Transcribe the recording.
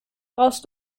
brauchst